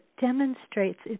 demonstrates